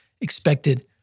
expected